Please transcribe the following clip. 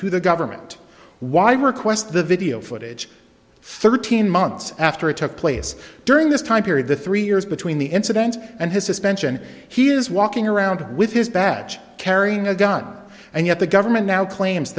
to the government why request the video footage thirteen months after it took place during this time period the three years between the incident and his suspension he is walking around with his badge carrying a gun and yet the government now claims